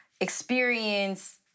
experience